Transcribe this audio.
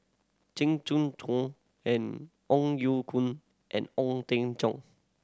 Jing Jun Hong and Ong Ye Kung and Ong Teng Cheong